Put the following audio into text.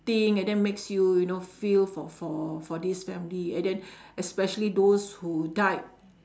think and then makes you you know feel for for for this family and then especially those who died